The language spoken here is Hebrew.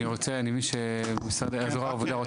אני רוצה ממשרד זרוע העבודה,